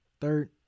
third